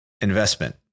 investment